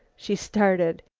she started.